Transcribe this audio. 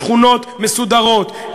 בשכונות מסודרות,